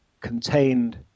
contained